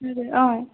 অঁ